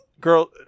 Girl